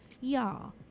y'all